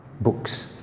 books